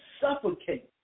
suffocate